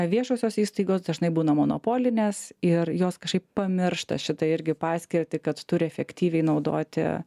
viešosios įstaigos dažnai būna monopolinės ir jos kažkaip pamiršta šitą irgi paskirtį kad turi efektyviai naudoti